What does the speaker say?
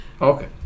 Okay